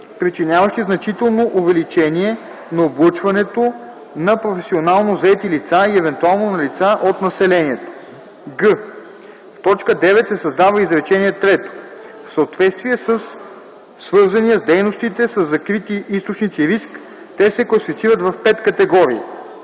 причиняващи значително увеличение на облъчването на професионално заети лица и евентуално на лица от населението.”; г) в т. 9 се създава изречение трето: „В съответствие със свързания с дейностите със закрити източници риск, те се класифицират в пет категории:”.